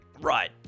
Right